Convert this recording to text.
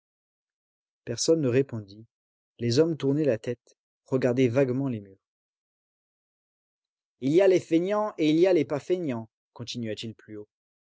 personne ne répondit les hommes tournaient la tête regardaient vaguement les murs il y a les feignants et il y a les pas feignants continua-t-il plus haut